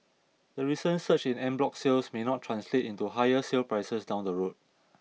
the recent surge in en bloc sales may not translate into higher sale prices down the road